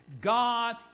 God